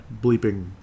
bleeping